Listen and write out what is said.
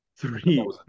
Three